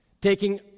Taking